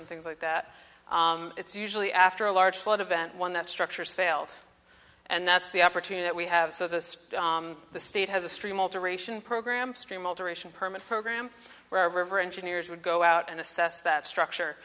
and things like that it's usually after a large flood event one that structures failed and that's the opportunity we have so this the state has a stream alteration program stream alteration permits program where river engineers would go out and assess that structure